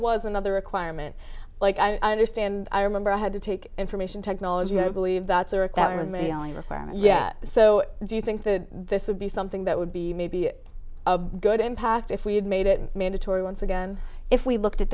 was another requirement like i understand i remember i had to take information technology i believe that it was a only requirement yeah so do you think the this would be something that would be maybe a good impact if we had made it mandatory once again if we looked at